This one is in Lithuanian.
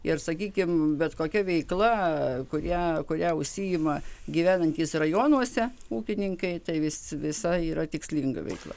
ir sakykim bet kokia veikla kurią kurią užsiima gyvenantys rajonuose ūkininkai tai vis visa yra tikslinga veikla